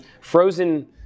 frozen